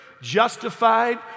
justified